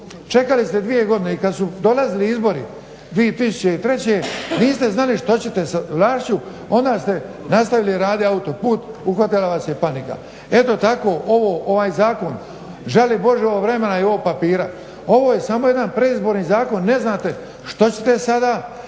čekali ste dvije godine i kad su dolazili izbori 2003. niste znali što ćete sa vlašću, onda ste nastavili raditi autoput, uhvatila vas je panika. Eto tako ovaj zakon, žali Bože ovog vremena i ovog papira. Ovo je samo jedan predizborni zakon, ne znate što ćete sada